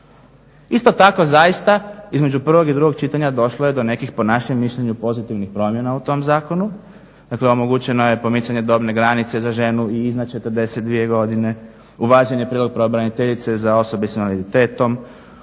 Isto tako zaista između prvog i drugog čitanja došlo je do nekih po našem mišljenju pozitivnih promjena u tom zakonu, dakle omogućeno je pomicanje dobne granice za ženu i iznad 42 godine, uvažen je prijedlog pravobraniteljice za osobe s invaliditetom,